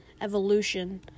evolution